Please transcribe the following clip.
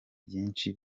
byinshi